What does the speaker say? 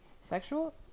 sexual